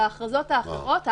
בהכרזות אחרות,